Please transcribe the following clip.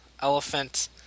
Elephant